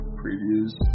previews